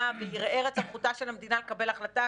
וערער את סמכותה של המדינה לקבל החלטה,